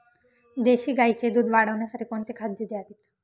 देशी गाईचे दूध वाढवण्यासाठी कोणती खाद्ये द्यावीत?